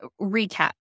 recap